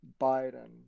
biden